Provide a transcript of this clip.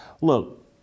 look